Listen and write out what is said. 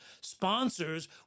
Sponsors